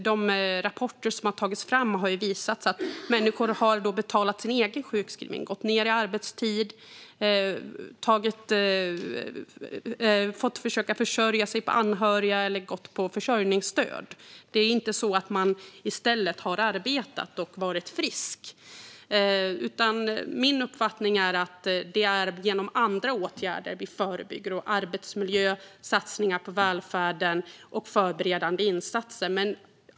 De rapporter som har tagits fram har visat att människor i stället har betalat sin egen sjukskrivning. De har gått ned i arbetstid, fått försöka försörja sig via anhöriga eller gått på försörjningsstöd. Det är inte så att de i stället har arbetat och varit friska. Min uppfattning är att det är genom andra åtgärder som vi förebygger. Det handlar om arbetsmiljö, satsningar på välfärden och förberedande insatser.